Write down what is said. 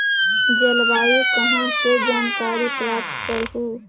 जलवायु कहा से जानकारी प्राप्त करहू?